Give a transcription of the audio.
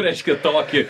reiškia tokį